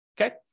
okay